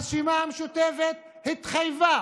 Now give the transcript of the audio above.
הרשימה המשותפת התחייבה